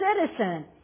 citizen